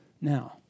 Now